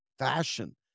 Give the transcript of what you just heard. Fashion